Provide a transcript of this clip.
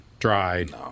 Dried